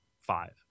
five